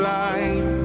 light